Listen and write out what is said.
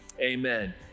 amen